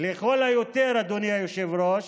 לכל היותר, אדוני היושב-ראש,